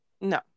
No